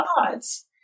odds